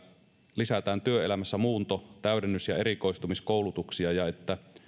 lisätään työelämässä muunto täydennys ja erikoistumiskoulutuksia ja että